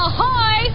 Ahoy